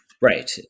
Right